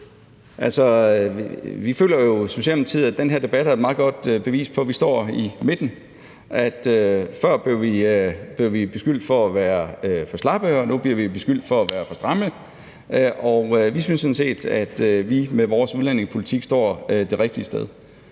at den her debat er et meget godt bevis på, at vi står i midten. Før blev vi beskyldt for at være for slappe, og nu bliver vi beskyldt for at være for stramme. Vi synes sådan set, at vi med vores udlændingepolitik står det rigtige sted.